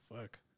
fuck